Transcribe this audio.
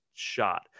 Shot